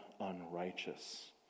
unrighteous